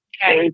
Okay